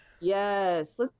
Yes